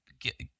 get